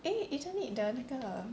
eh isn't it the 那个